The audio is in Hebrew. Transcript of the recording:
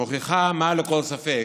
מוכיח מעל לכל ספק